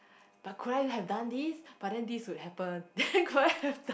but could I have done this but then this would happen then could I have done